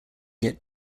get